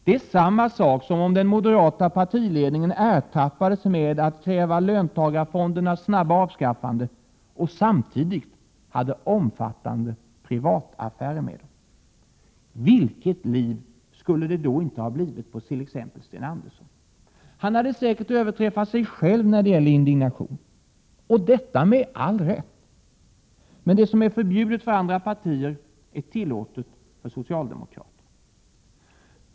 Det är samma sak som om den moderata partiledningen ertappades med att kräva löntagarfondernas snabba avskaffande samtidigt som den hade omfattande privataffärer med dessa. Vilket liv hade det då inte blivit på t.ex. Sten Andersson! Han hade säkert överträffat sig själv när det gäller indignation — och detta med all rätt. Men det som är förbjudet för andra partier är tillåtet för socialdemokraterna.